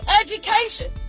education